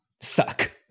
suck